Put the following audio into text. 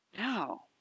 No